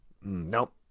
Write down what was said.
Nope